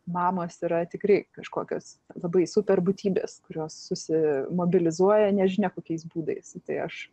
mamos yra tikrai kažkokios labai super būtybės kurios susimobilizuoja nežinia kokiais būdais tai aš